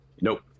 Nope